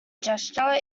gesture